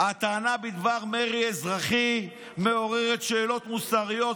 "הטענה בדבר מרי אזרחי מעוררת שאלות מוסריות,